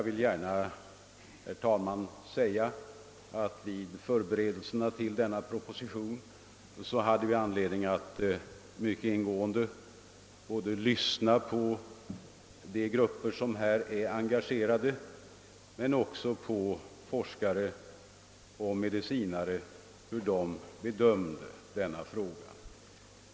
I förberedelserna för denna proposition har vi också haft anledning att mycket ingående lyssna till de grupper som här är engagerade men även på hur forskare och medicinare bedömt denna fråga.